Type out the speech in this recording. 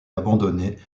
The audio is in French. abandonnée